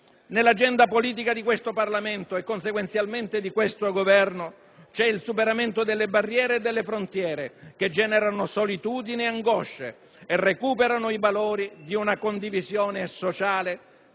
Nell'agenda politica di questo Parlamento, e conseguenzialmente di questo Governo, c'è il superamento delle barriere e delle frontiere che generano solitudine e angosce ed il recupero dei valori di condivisione sociale